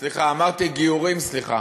סליחה, אמרתי גיורים, סליחה.